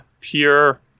pure